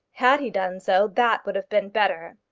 had he done so, that would have been better.